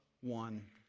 one